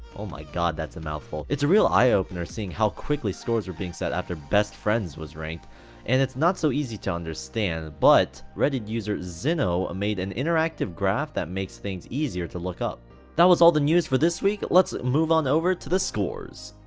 oh my god, that's a mouthful it's a real eye-opener seeing how quickly scores were being set after best friends was ranked and it's not so easy to understand but reddit users xinoh? made an interactive interactive graph that makes things easier to look up that was all the news for this week let's move on over to the scores